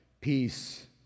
peace